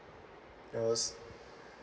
I was